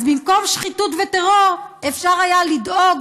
אז במקום שחיתות וטרור אפשר היה לדאוג